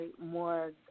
more